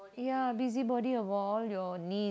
ya busybody of all your need